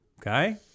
Okay